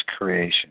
creation